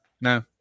No